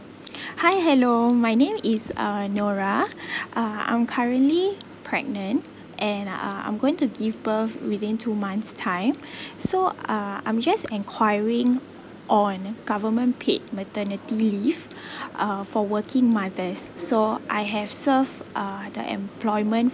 hi hello my name is uh nora uh I'm currently pregnant and uh I'm going to give birth within two months time so uh I'm just enquiring on government paid maternity leave uh for working mothers so I have serve uh the employment